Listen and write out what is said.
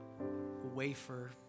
wafer